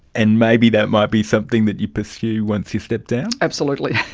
and maybe that might be something that you pursue once you step down? absolutely.